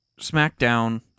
Smackdown